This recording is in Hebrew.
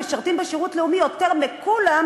משרתים בשירות לאומי יותר מכולם,